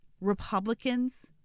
Republicans